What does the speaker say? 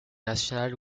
national